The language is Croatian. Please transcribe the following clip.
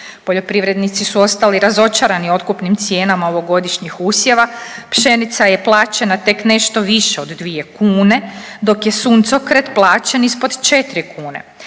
Poljoprivrednici su ostali razočarani otkupnim cijenama ovogodišnjih usjeva, pšenica je plaćena tek nešto više od 2 kune, dok je suncokret plaćen ispod 4 kune.